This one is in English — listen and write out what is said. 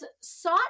sought